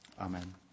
Amen